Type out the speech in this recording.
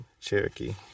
Cherokee